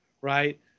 right